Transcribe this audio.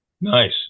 Nice